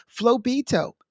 FloBito